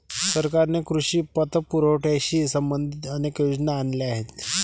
सरकारने कृषी पतपुरवठ्याशी संबंधित अनेक योजना आणल्या आहेत